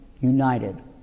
united